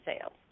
sales